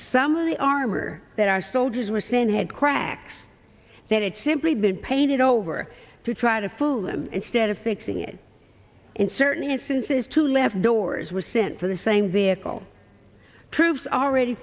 some of the armor that our soldiers were saying had cracks that it's simply been painted over to try to fool them instead of fixing it in certain instances to left doors were sent for the same vehicle proves already